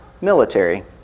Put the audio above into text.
military